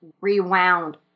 rewound